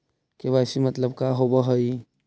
KYC मतलब का होव हइ?